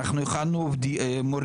אנחנו הכנו מורים.